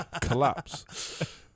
collapse